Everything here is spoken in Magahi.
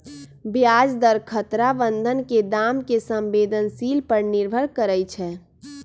ब्याज दर खतरा बन्धन के दाम के संवेदनशील पर निर्भर करइ छै